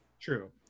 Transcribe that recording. true